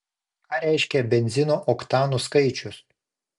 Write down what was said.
ką reiškia benzino oktanų skaičius